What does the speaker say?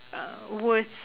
uh worse